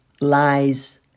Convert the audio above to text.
lies